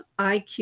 IQ